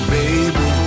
baby